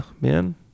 man